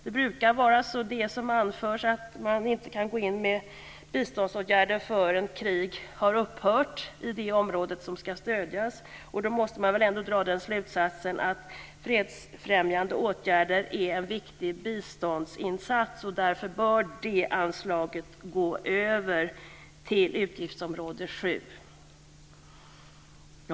Det som brukar anföras är att man inte kan gå in med biståndsåtgärder förrän krig har upphört i det område som ska stödjas. Då måste man väl dra den slutsatsen att fredsfrämjande åtgärder är en viktig biståndsinsats. Därför bör det anslaget gå över till utgiftsområde 7.